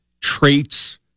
traits